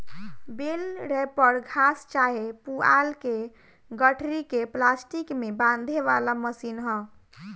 बेल wrapper घास चाहे पुआल के गठरी के प्लास्टिक में बांधे वाला मशीन ह